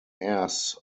airs